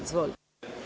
Izvolite.